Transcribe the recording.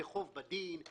זה חוב בדין.